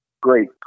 great